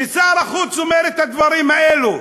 כששר החוץ אומר את הדברים האלה,